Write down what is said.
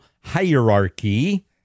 hierarchy